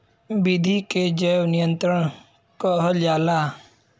विधि के जैव नियंत्रण कहल जाला